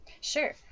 Sure